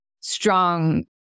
strong